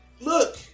look